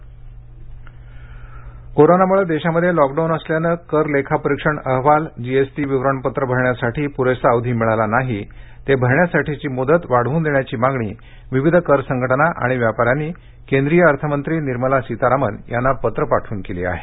विवरणपत्र मुदतवाढ मागणी कोरोनामुळे देशामध्ये लॉकडाऊन असल्यानं कर लेखापरीक्षण अहवाल जीएसटी विवरणपत्रं अरण्यासाठी प्रेसा अवधी न मिळाल्यानं ते अरण्यासाठीची मुदत वाढवण्याची मागणी विविध कर संघटना आणि व्यापाऱ्यांनी केंद्रीय अर्थमंत्री निर्मला सीतारामन यांना पत्र पाठवून केली आहे